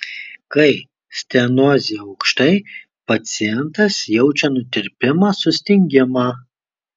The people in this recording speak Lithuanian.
kai stenozė aukštai pacientas jaučia nutirpimą sustingimą